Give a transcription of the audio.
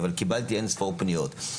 אבל קיבלתי אינספור פניות.